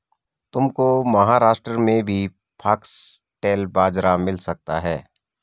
तुमको महाराष्ट्र में भी फॉक्सटेल बाजरा मिल सकता है